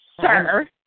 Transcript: sir